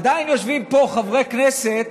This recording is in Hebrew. עדיין יושבים פה חברי כנסת